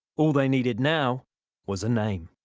all they needed now was a name.